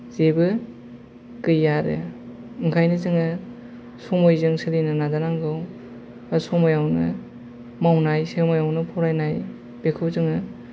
जेबो गैया आरो ओंखायनो जोङो समयजों सोलिनो नाजानांगौ समयावनो मावनाय समायावनो फरायनाय बेखौ जोङो